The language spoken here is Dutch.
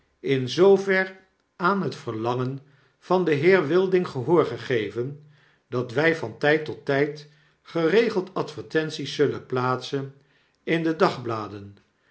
in zoover aan het verlangen van den wilding gehoor gegeven dat wy van tyd tot tyd geregeld advertenties zullen plaatsen in de dagbladen